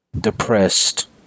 Depressed